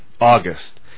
August